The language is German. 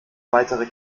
weitere